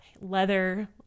leather